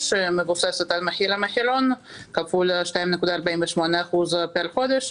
שמבוססת על מחיר המחירון כפול 2.48% לחודש.